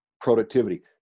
productivity